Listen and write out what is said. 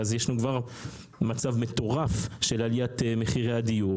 אז יש לנו כבר מצב מטורף של עליית מחירי הדיור.